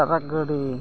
truck ᱜᱟᱹᱰᱤ